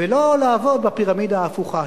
ולא לעבוד בפירמידה ההפוכה,